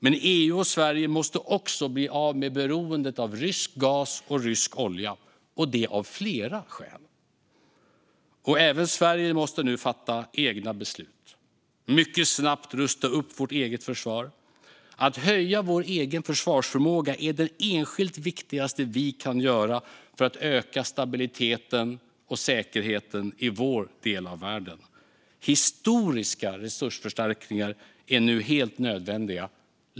Men EU och Sverige måste också bli av med beroendet av rysk gas och rysk olja - och det av flera skäl. Dessutom måste även Sverige nu fatta egna beslut om att mycket snabbt rusta upp vårt eget försvar. Att höja vår egen försvarsförmåga är det enskilt viktigaste vi kan göra för att öka stabiliteten och säkerheten i vår del av världen. Historiska resursförstärkningar är nu helt nödvändiga.